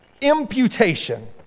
imputation